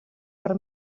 per